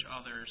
others